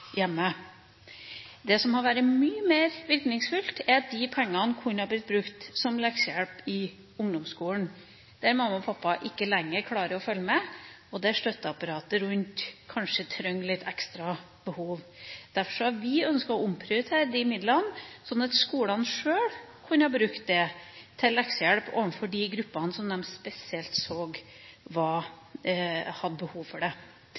hjemme. Det som hadde vært mye mer virkningsfullt, er at de pengene kunne ha blitt brukt som leksehjelp i ungdomsskolen der mamma og pappa ikke lenger klarer å følge med, og der støtteapparatet rundt kanskje trenger litt ekstra behov. Derfor har vi ønsket å omprioritere disse midlene, sånn at skolene sjøl kan bruke dem til leksehjelp for de gruppene som de spesielt ser har behov for det.